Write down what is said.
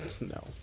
no